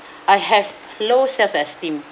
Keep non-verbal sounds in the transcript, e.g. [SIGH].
[BREATH] I have low self esteem